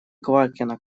квакина